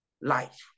life